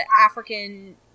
African